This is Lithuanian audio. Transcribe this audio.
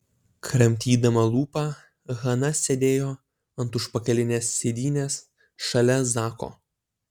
kramtydama lūpą hana sėdėjo ant užpakalinės sėdynės šalia zako